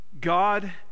God